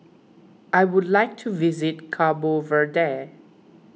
I would like to visit Cabo Verde